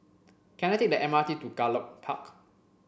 can I take the M R T to Gallop Park